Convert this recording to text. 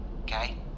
okay